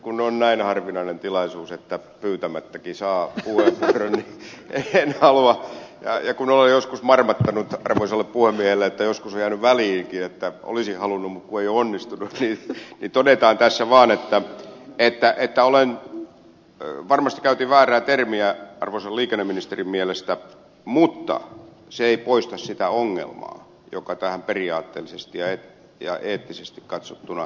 kun on näin harvinainen tilaisuus että pyytämättäkin saa puheenvuoron ja kun olen joskus marmattanut arvoisalle puhemiehelle että joskus on jäänyt väliinkin että olisin halunnut mutta ei ole onnistunut niin todetaan tässä vaan että varmasti käytin väärää termiä arvoisan liikenneministerin mielestä mutta se ei poista sitä ongelmaa joka tähän periaatteellisesti ja eettisesti katsottuna sisältyy